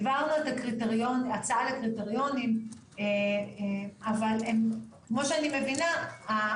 העברנו את הצעה לקריטריונים אבל כמו שאני מבינה,